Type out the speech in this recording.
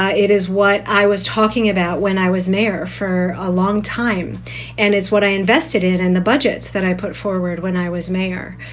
it is what i was talking about when i was mayor for a long time and is what i invested in and the budgets that i put forward when i was mayor.